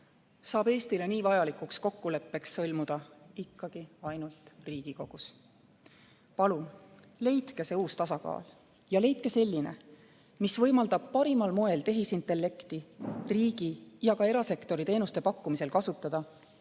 saab Eestile nii vajalikuks kokkuleppeks sõlmuda ikkagi ainult Riigikogus. Palun leidke see uus tasakaal! Leidke selline, mis võimaldab parimal moel tehisintellekti riigi- ja ka erasektori teenuste pakkumisel kasutada,